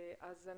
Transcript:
אנחנו